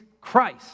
Christ